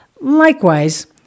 Likewise